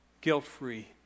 guilt-free